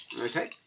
Okay